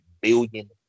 billion